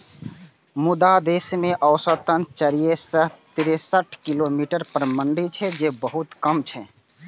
मुदा देश मे औसतन चारि सय तिरेसठ किलोमीटर पर मंडी छै, जे बहुत कम छै